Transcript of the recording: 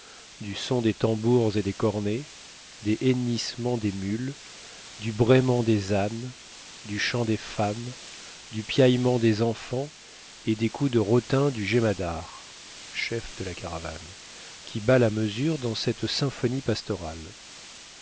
du son des tambours et des cornets des hennissements des mules du braiement des ânes du chant des femmes piaillement des enfants et des coups de rotin du jemadar qui bat là mesure dans cette symphonie pastorale